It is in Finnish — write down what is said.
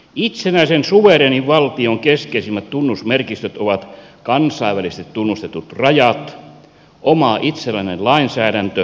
itsenäisen suvereenin valtion keskeisimmät tunnusmerkistöt ovat kansainvälisesti tunnustetut rajalla oma itsenäinen lainsäädäntö